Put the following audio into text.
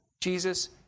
Jesus